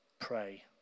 pray